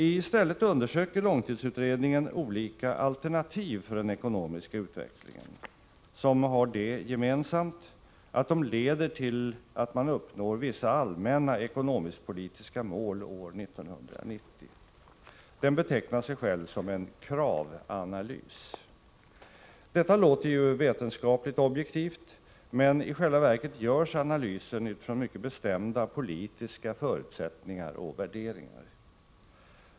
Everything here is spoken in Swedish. I stället undersöker långtidsutredningen olika alternativ för den ekonomiska utvecklingen, som har det gemensamt att de leder till att man uppnår vissa allmänna ekonomisk-politiska mål år 1990. Den betecknar sig själv som en kravanalys. Detta låter ju vetenskapligt-objektivt, men i själva verket görs analysen utifrån mycket bestämda politiska förutsättningar och värderingar.